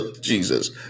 Jesus